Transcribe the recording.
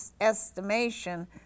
estimation